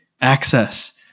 access